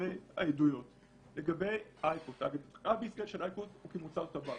ההתייחסות לאייקוס היא כמוצר טבק.